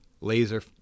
laser